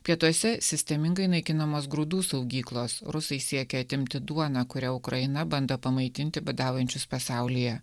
pietuose sistemingai naikinamos grūdų saugyklos rusai siekia atimti duoną kuria ukraina bando pamaitinti badaujančius pasaulyje